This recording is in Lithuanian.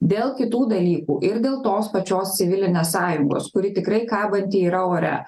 dėl kitų dalykų ir dėl tos pačios civilinės sąjungos kuri tikrai kabanti yra ore